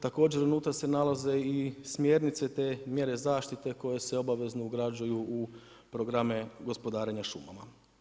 Također unutra se nalaze i smjernice, te mjere zaštite koje se obavezno ugrađuju u programe gospodarenja šumama.